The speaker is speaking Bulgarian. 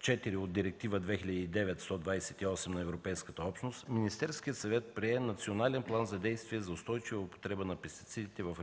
4 от Директива 2009/128 на Европейската общност, Министерският съвет прие Национален план за действие за устойчива употреба на пестицидите в